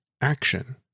action